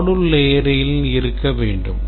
module layering இருக்க வேண்டும்